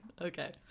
Okay